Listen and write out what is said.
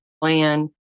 plan